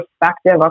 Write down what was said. perspective